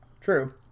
True